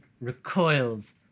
recoils